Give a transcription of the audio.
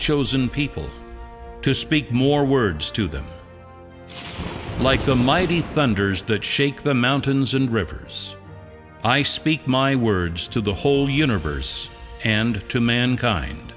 chosen people to speak more words to them like the mighty thunders that shake the mountains and rivers i speak my words to the whole universe and to mankind